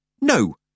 No